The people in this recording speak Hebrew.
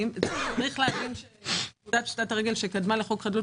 כי פקודת פשיטת הרגל שקדמה לחוק חדלות